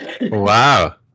Wow